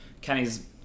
Kenny's